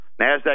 NASDAQ